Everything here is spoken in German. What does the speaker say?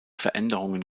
veränderungen